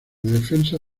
defensa